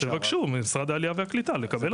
אז תבקשו ממשרד העלייה והקליטה לקבל אותם.